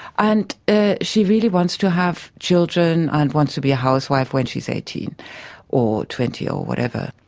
and ah she really wants to have children and wants to be a housewife when she's eighteen or twenty or whatever.